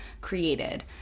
created